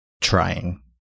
Trying